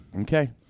Okay